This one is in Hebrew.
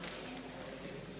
אנחנו עוסקים פה